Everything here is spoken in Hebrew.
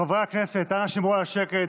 חברי הכנסת, אנא שמרו על השקט.